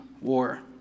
war